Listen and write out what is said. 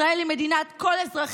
ישראל היא מדינת כל אזרחיה,